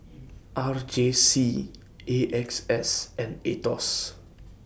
R J C A X S and Aetos